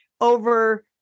over